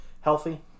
healthy